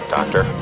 Doctor